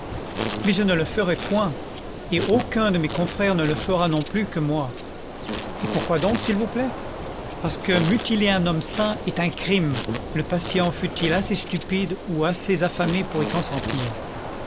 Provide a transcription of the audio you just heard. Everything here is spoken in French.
mais je ne le ferai point et aucun do c content from google book search generated aucun de mes confrères ne le fera non plus que moi et pourquoi donc s'il vous plaît parce que mutiler un homme sain est un crime le patient fût-il assez stupide ou assez affamé pour y consentir